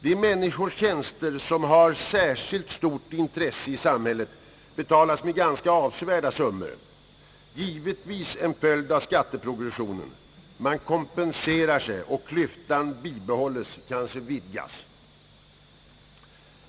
De människors tjänster, som har särskilt stort intresse i samhället, betalas med ganska avsevärda summor. Det är givetvis en följd av skatteprogressionen. Man kompenserar sig och klyftan bibehålles, kanske vidgas.